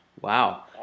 Wow